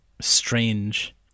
strange